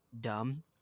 dumb